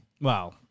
Wow